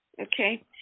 okay